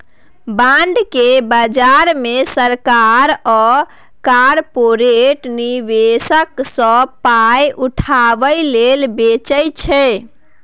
bond केँ बजार मे सरकार आ कारपोरेट निबेशक सँ पाइ उठाबै लेल बेचै छै